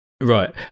Right